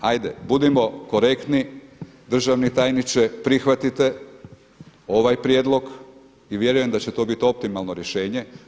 Hajde budimo korektni državni tajniče prihvatite ovaj prijedlog i vjerujem da će to bit optimalno rješenje.